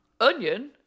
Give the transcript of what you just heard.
Onion